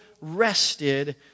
rested